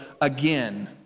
again